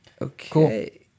Okay